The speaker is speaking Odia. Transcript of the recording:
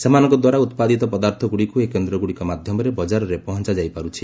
ସେମାନଙ୍କ ଦ୍ୱାରା ଉତ୍ପାଦିତ ପଦାର୍ଥଗୁଡିକୁ ଏହି କେନ୍ଦ୍ରଗୁଡିକ ମାଧ୍ୟମରେ ବଜାରରେ ପହଞ୍ଚାଇଯାଇପାରୁଛି